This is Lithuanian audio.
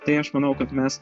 tai aš manau kad mes